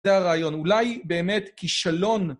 זה הרעיון. אולי באמת כישלון...